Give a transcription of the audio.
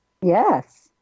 Yes